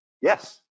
yes